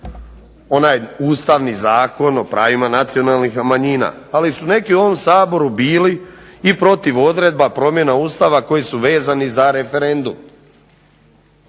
onaj Ustavni zakon o pravima nacionalnih manjina. Ali su neki u ovom Saboru bili i protiv odredba promjena Ustava koji su vezani za referendum.